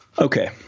Okay